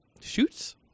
shoots